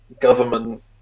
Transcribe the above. government